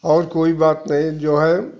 और कोई बात नहीं जो है